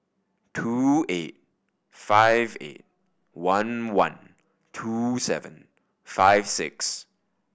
two eight five eight one one two seven five six